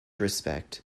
respect